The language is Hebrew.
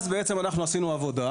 אז אנחנו עשינו עבודה,